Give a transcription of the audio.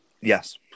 Yes